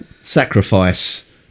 Sacrifice